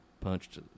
punched